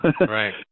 Right